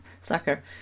sucker